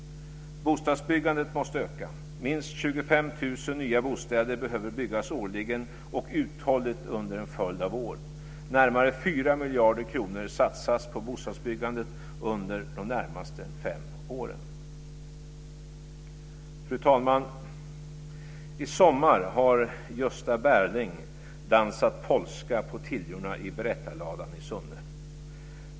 Bostadsbyggandet måste öka. Minst 25 000 nya bostäder behöver byggas årligen och uthålligt under en följd av år. Närmare 4 miljarder kronor satsas på bostadsbyggandet under de närmaste fem åren. Fru talman! I sommar har Gösta Berling dansat polska på tiljorna i berättarladan i Sunne.